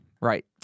right